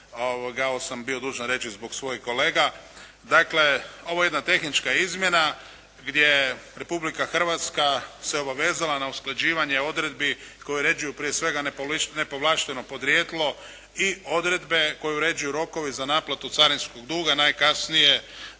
ovo sam bio dužan reći zbog svojih kolega. Dakle, ovo je jedna tehnička izmjena gdje Republika Hrvatska se obavezala na usklađivanje odredbi koje uređuju prije svega nepovlašteno podrijetlo i odredbe koje uređuju rokove za naplatu carinskog duga najkasnije